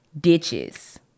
ditches